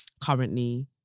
currently